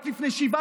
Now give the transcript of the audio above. רק באפריל